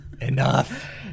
Enough